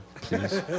Please